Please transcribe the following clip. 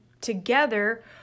together